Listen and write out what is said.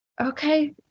Okay